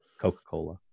Coca-Cola